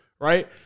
right